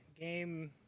Game